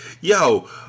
yo